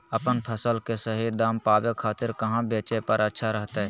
अपन फसल के सही दाम पावे खातिर कहां बेचे पर अच्छा रहतय?